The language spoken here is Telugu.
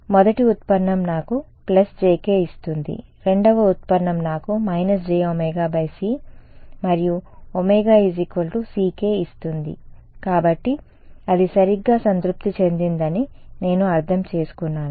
మొదటి ఉత్పన్నం నాకు ప్లస్ jk ఇస్తుంది రెండవ ఉత్పన్నం నాకు − jωc మరియు ω ck ఇస్తుంది కాబట్టి అది సరిగ్గా సంతృప్తి చెందిందని నేను అర్థం చేసుకున్నాను